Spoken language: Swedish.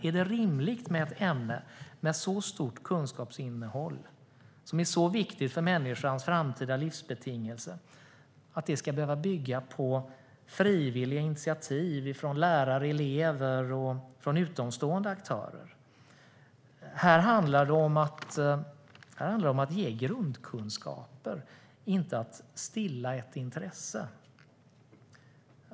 Är det rimligt att ett ämne med så stort kunskapsinnehåll, som är så viktigt för människans framtida livsbetingelser, ska bygga på frivilliga initiativ från lärare, elever och utomstående aktörer? Här handlar det om att ge grundkunskaper, inte om att stilla ett intresse.